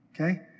okay